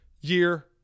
year